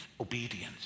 Obedience